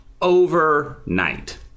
overnight